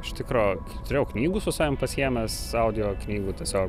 iš tikro turėjau knygų su savim pasiėmęs audio knygų tiesiog